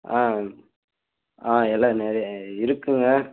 ஆ ஆ எல்லாம் நிறைய இருக்குதுங்க